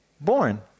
born